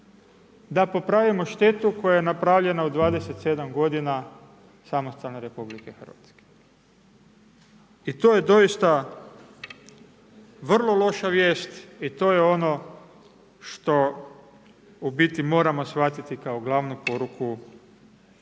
da popravimo štetu koja je napravljena u 27 godina samostalne RH. I to je doista vrlo loša vijest i to je ono što u biti moramo shvatiti kao glavnu poruku teksta